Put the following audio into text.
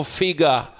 figure